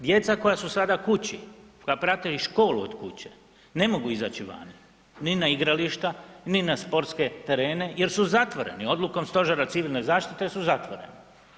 Djeca koja su sada kući, koja prate i školu od kuće ne mogu izaći van ni na igrališta, ni na sportske terene jer su zatvoreni odlukom Stožera civilne zaštite su zatvoreni.